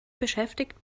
beschäftigt